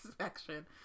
section